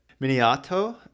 miniato